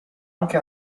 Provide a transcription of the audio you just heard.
anche